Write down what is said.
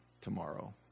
tomorrow